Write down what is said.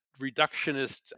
reductionist